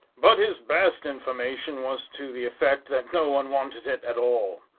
but his best information was to the effect that no one wanted it at all.